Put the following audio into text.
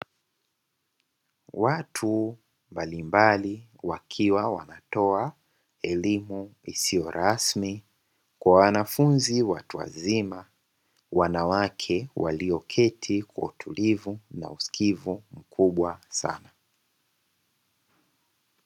Watu mbalimbali wakiwa wanatoa elimu isiyo rasmi kwa wanafunzi watu wazima, wanawake walioketi kwa utulivu na usikivu mkubwa sana.